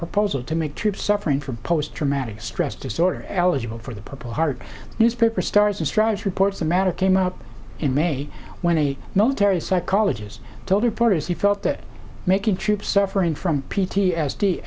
proposal to make troops suffering from post traumatic stress disorder eligible for the purple heart newspaper stars and stripes reports the matter came up in may when a military psychologist told reporters he felt that making troops suffering from p t s d